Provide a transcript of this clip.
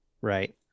right